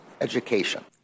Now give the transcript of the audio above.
education